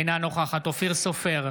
אינה נוכחת אופיר סופר,